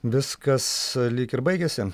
viskas lyg ir baigėsi